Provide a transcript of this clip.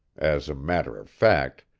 as a matter of fact,